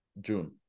June